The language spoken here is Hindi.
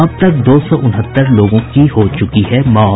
अब तक दो सौ उनहत्तर लोगों की हो चुकी है मौत